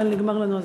אבל נגמר לנו הזמן.